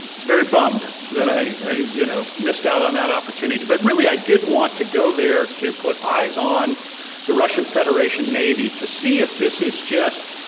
very bummed that i you know missed out on that opportunity. but really i did want to go there to put eyes on the russian federation navy to see if this is just,